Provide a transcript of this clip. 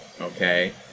okay